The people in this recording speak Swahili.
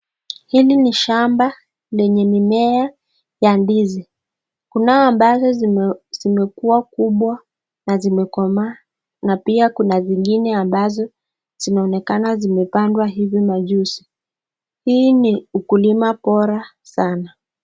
Hili ni shamba lenye mimea ya ndizi, kuna ambazo zimekuwa kubwa na zimekomaa na pia kuna zingine ambazo zinaonekana zimepandwa hivi majuzi, hii ni ukulima bora sana.